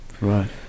Right